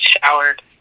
showered